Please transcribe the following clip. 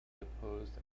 deposed